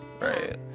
Right